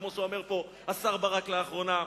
כמו שאומר פה השר ברק לאחרונה,